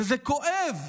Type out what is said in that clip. וזה כואב,